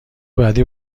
بعدی